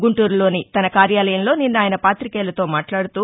గుంటూరులోని తన కార్యాలయంలో నిన్న ఆయస పాతికేయులతో మాట్లాడుతూ